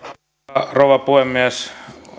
rouva puhemies